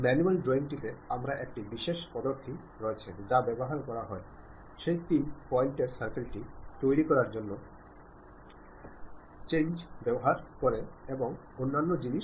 manual ড্রয়িংটিতে আমাদের একটি বিশেষ পদ্ধতি রয়েছে যা ব্যবহার করা হয় সেই তিন পয়েন্টের সার্কেল টি তৈরি করার জন্য ট্যান্জেন্ট ব্যবহার করে এবং অন্যান্য জিনিস